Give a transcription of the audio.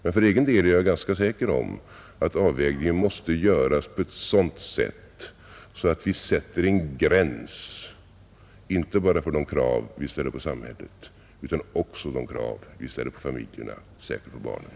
Men för egen del är jag ganska säker på att avvägningen måste göras på ett sådant sätt att vi sätter en gräns inte bara för de krav vi ställer på samhället utan också för de krav vi ställer på familjerna, särskilt på barnen.